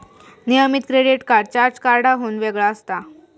नियमित credit card charge कार्डाहुन वेगळा असता